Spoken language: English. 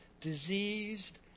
diseased